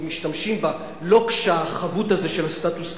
משתמשים בלוקש החבוט הזה של הסטטוס קוו.